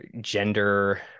gender